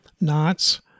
knots